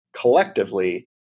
collectively